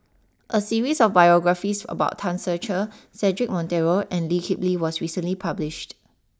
a series of biographies about Tan Ser Cher Cedric Monteiro and Lee Kip Lee was recently published